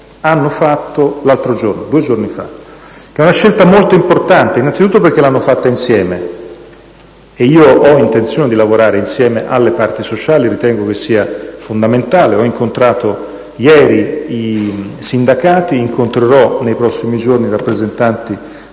hanno fatto due giorni fa. È una scelta molto importante innanzitutto perché l'hanno fatta insieme e io ho intenzione di lavorare insieme alle parti sociali, lo ritengo fondamentale. Ho incontrato ieri i sindacati e incontrerò nei prossimi giorni i rappresentanti